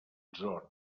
zona